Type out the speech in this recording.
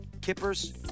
kippers